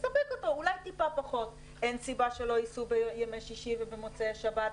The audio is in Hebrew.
אין סיבה שלא ייסעו בימי שישי ובמוצאי שבת,